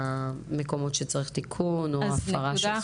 המקומות שצריך תיקון או הפרה של זכויות.